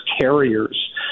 carriers